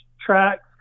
tracks